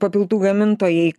papildų gamintojai